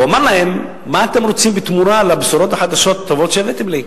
הוא אמר להם: מה אתם רוצים בתמורה לבשורות החדשות הטובות שהבאתם לי?